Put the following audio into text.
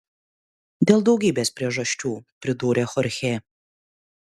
dėl daugybės priežasčių pridūrė chorchė